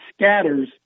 scatters